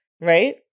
right